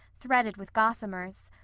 threaded with gossamers.